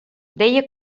deia